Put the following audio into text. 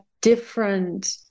different